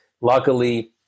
Luckily